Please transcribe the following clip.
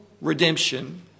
redemption